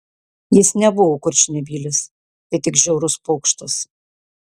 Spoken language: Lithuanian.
jis nebuvo kurčnebylis tai tik žiaurus pokštas